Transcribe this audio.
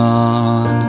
on